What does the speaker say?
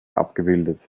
abgebildet